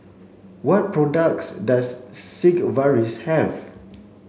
what products does Sigvaris have